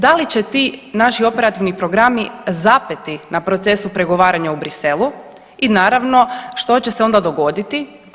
Da li će ti naši operativni programi zapeti na procesu pregovaranja u Bruxellesu i naravno što će se onda dogoditi?